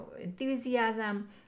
enthusiasm